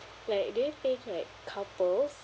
like they face like couples